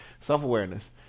Self-awareness